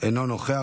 אינו נוכח,